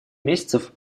месяцев